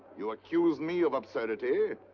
you accuse me of absurdity?